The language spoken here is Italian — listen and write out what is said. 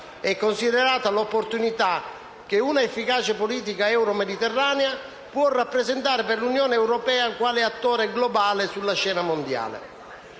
e considerata l'opportunità che una efficace politica euro-mediterranea puo` rappresentare per l'Unione europea quale attore globale sulla scena mondiale;